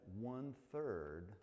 one-third